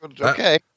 okay